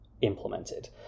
implemented